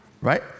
Right